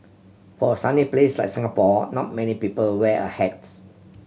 for a sunny place like Singapore not many people wear a hat